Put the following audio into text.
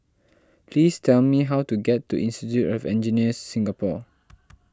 please tell me how to get to Institute of Engineers Singapore